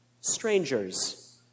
strangers